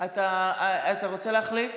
גברתי היושבת-ראש,